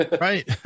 right